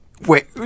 Wait